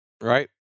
right